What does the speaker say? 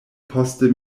poste